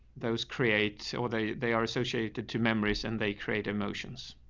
those create, or they, they are associated to two memories and they create emotions.